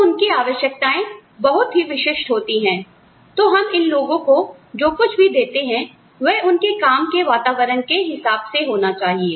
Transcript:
तो उनकी आवश्यकताएं बहुत विशिष्ट होती हैं तो हम इन लोगों को जो कुछ भी देते हैं वह उनके काम के वातावरण के हिसाब से होना चाहिए